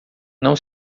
não